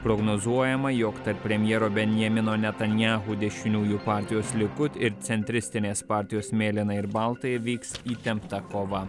prognozuojama jog tarp premjero benjamino netanyahu dešiniųjų partijos likud ir centristinės partijos mėlyna ir balta įvyks įtempta kova